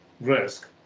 risk